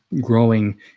growing